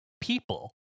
people